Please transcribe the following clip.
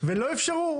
ולא אפשרו.